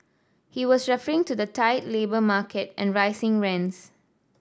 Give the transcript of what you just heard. he was referring to the tight labour market and rising rents